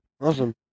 Awesome